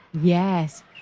Yes